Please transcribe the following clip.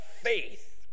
faith